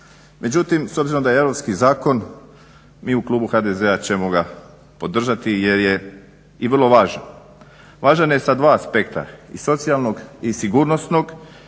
Međutim, s obzirom da je europski zakon mi u Klubu HDZ-a ćemo ga podržati jer je i vrlo važan. Važan je sa dva aspekta i socijalnog i sigurnosnog